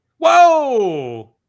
Whoa